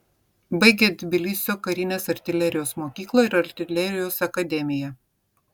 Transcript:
baigė tbilisio karinės artilerijos mokyklą ir artilerijos akademiją